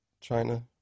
China